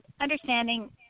understanding